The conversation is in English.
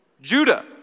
Judah